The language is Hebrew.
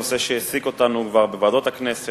הוא נושא שהעסיק אותנו כבר בוועדות הכנסת,